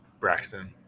Braxton